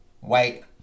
white